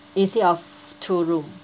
instead of two room